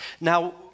Now